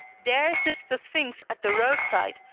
there sits the sphinx at the road-side,